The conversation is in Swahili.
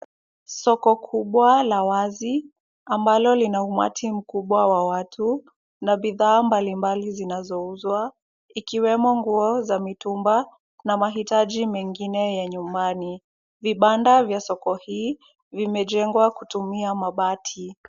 Soko kubwa la wazi ambalo lina umati mkubwa wa watu na bidhaa mbali mbali zinazouzwa ikiwemo nguo za mitumba na mahitaji mengine ya nyumbani. Vibanda vya soko hii vimejengwa kutumia mabati.